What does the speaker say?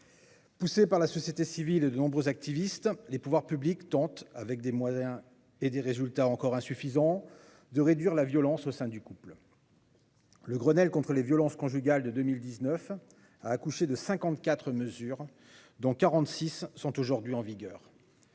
Poussés par la société civile et de nombreuses activistes, les pouvoirs publics tentent, avec des moyens et des résultats encore insuffisants, de réduire la violence au sein des couples. Le Grenelle contre les violences conjugales de 2019 a accouché de 54 mesures, dont 46 sont aujourd'hui en vigueur.